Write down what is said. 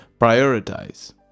prioritize